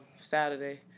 Saturday